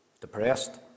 Depressed